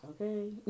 Okay